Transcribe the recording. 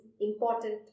important